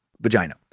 vagina